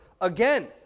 Again